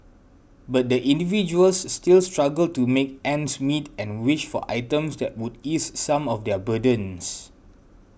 but the individuals still struggle to make ends meet and wish for items that would ease some of their burdens